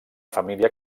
família